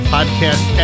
Podcast